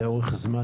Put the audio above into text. לאורך זמן,